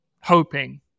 hoping